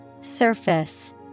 Surface